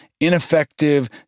ineffective